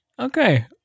Okay